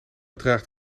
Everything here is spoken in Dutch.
draagt